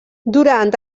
durant